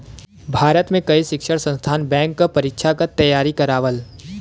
भारत में कई शिक्षण संस्थान बैंक क परीक्षा क तेयारी करावल